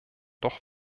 doch